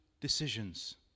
decisions